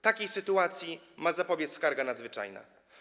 Takiej sytuacji ma zapobiec skarga nadzwyczajna.